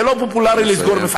זה לא פופולרי, נא לסיים.